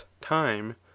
time